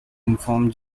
inform